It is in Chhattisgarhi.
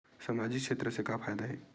सामजिक क्षेत्र से का फ़ायदा हे?